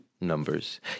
numbers